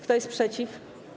Kto jest przeciw?